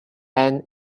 and